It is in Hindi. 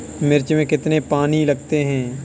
मिर्च में कितने पानी लगते हैं?